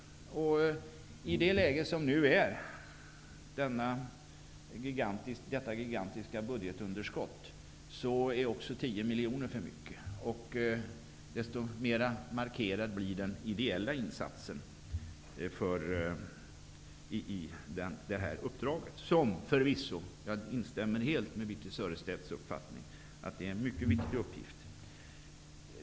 I nuvarande läge, med ett gigantiskt budgetunderskott, är också 10 miljoner för mycket. Desto mera markerad blir den ideella insatsen i detta uppdrag, som förvisso -- jag instämmer helt i Birthe Sörestedts uppfattning -- är en mycket viktig uppgift.